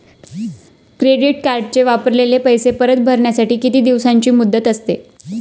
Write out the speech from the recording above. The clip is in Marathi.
क्रेडिट कार्डचे वापरलेले पैसे परत भरण्यासाठी किती दिवसांची मुदत असते?